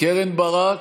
קרן ברק,